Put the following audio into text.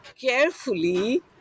carefully